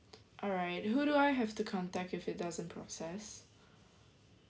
alright who do I have to contact if it doesn't process